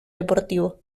deportivo